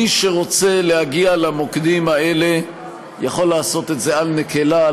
מי שרוצה להגיע למוקדים האלה יכול לעשות את זה על נקלה.